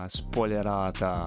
spoilerata